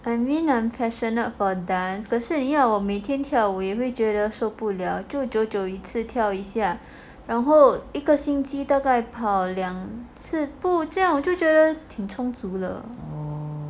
I mean I'm passionate for dance 可是要我每天跳舞也会觉得受不了就久久一次跳一下然后一个星期大概跑两次步这样我就觉得挺充足的